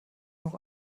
noch